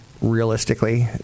Realistically